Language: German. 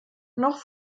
noch